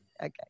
Okay